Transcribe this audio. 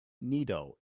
nido